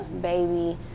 Baby